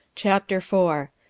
chapter four.